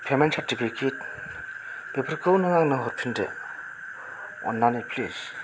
payment certificate बेफोरखौ नों आंनो हरफिनदो अन्नानै फ्लिस